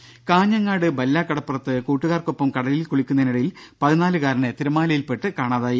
രും കാഞ്ഞങ്ങാട്ട് ബല്ലാ കടപ്പുറത്ത് കൂട്ടുകാർക്കൊപ്പം കടലിൽ കുളിക്കുന്നതിനിടയിൽ പതിനാലുകാരനെ തിരമാലയിൽപ്പെട്ട് കാണാതായി